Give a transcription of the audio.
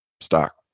stock